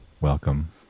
welcome